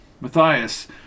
Matthias